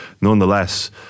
Nonetheless